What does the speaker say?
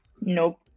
nope